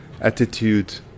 attitude